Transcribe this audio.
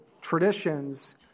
traditions